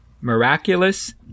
miraculous